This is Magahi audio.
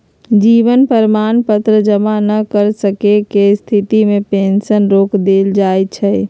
जीवन प्रमाण पत्र जमा न कर सक्केँ के स्थिति में पेंशन रोक देल जाइ छइ